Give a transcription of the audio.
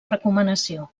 recomanació